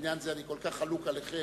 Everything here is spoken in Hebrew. ובעניין זה אני כל כך חלוק עליכם.